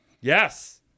Yes